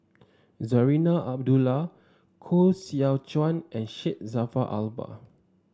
Zarinah Abdullah Koh Seow Chuan and Syed Jaafar Albar